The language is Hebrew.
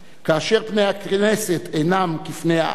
כאשר פני הכנסת אינם כפני העם,